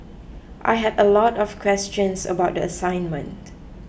I had a lot of questions about the assignment